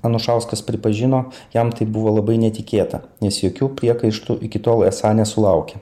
anušauskas pripažino jam tai buvo labai netikėta nes jokių priekaištų iki tol esą nesulaukė